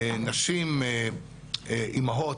לאימהות,